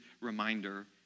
reminder